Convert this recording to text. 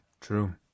true